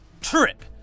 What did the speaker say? Trip